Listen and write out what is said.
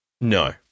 No